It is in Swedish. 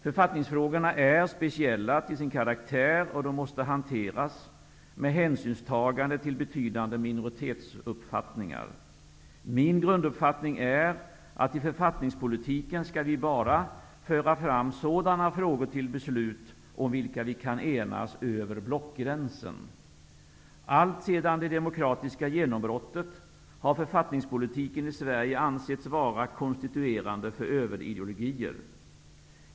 Författningsfrågorna är speciella till sin karaktär. De måste hanteras med hänsynstagande till betydande minoritetsuppfattningar. Min grunduppfattning är att det i författningspolitiken skall föras fram bara sådana frågor till beslut om vilka vi kan enas över blockgränserna. Alltsedan det demokratiska genombrottet har författningspolitiken i Sverige ansetts vara konstituerande för överideologier.